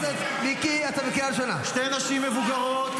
מוטב שלא תפריע לי,